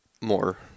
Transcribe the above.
more